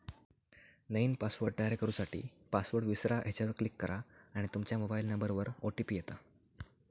नईन पासवर्ड तयार करू साठी, पासवर्ड विसरा ह्येच्यावर क्लीक करा आणि तूमच्या मोबाइल नंबरवर ओ.टी.पी येता